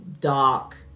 dark